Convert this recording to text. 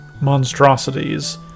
monstrosities